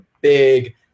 big